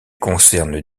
concerne